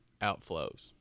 outflows